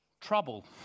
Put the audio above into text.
Trouble